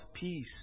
peace